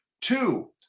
Two